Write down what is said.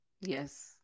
Yes